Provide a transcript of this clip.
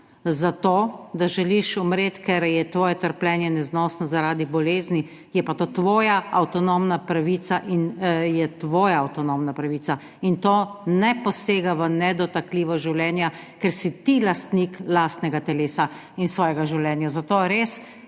za to, da želiš umreti, ker je tvoje trpljenje neznosno zaradi bolezni, je pa to tvoja avtonomna pravica in je tvoja avtonomna pravica in to ne posega v nedotakljivost življenja, ker si ti lastnik lastnega telesa in svojega življenja. Zato res,